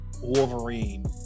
Wolverine